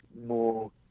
more